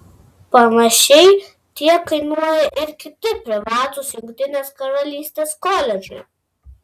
panašiai tiek kainuoja ir kiti privatūs jungtinės karalystės koledžai